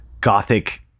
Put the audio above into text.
gothic